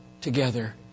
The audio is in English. together